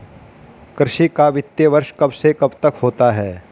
कृषि का वित्तीय वर्ष कब से कब तक होता है?